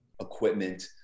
equipment